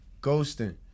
Ghosting